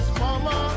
mama